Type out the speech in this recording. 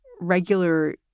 regular